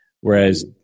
Whereas